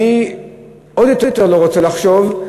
אני עוד יותר לא רוצה לחשוב,